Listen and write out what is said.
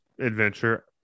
adventure